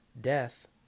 death